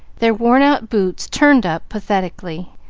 their worn-out boots turned up pathetically,